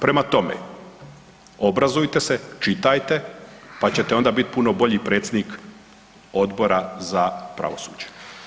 Prema tome, obrazujte se, čitajte pa čete onda biti puno bolji predsjednik Odbora za pravosuđe.